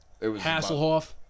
Hasselhoff